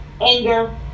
anger